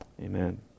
Amen